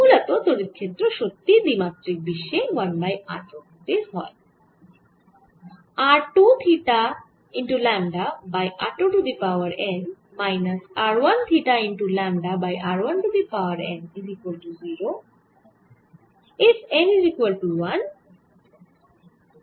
মূলত তড়িৎ ক্ষেত্র সত্যি দ্বিমাত্রিক বিশ্বে 1 বাই r প্রকৃতির হয়